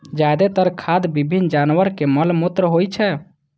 जादेतर खाद विभिन्न जानवरक मल मूत्र होइ छै